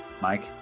Mike